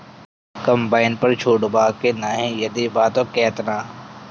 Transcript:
Combine पर छूट बा की नाहीं यदि बा त केतना?